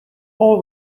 all